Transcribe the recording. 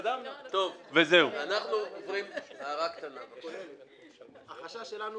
החשש שלנו